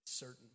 Certain